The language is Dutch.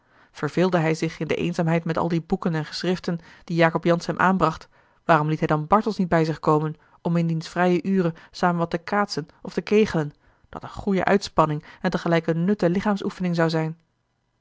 verveelde hij zich in de eenzaamheid met al die boeken en geschriften die jacob jansz hem aanbracht waarom liet hij dan bartels niet bij zich komen om in diens vrije uren samen wat te kaatsen of te kegelen dat een goede uitspanning en tegelijk eene nutte lichaamsoefening zou zijn